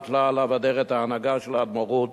הוטלה עליו אדרת ההנהגה של האדמו"רות,